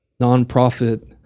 nonprofit